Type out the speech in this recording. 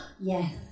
Yes